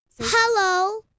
Hello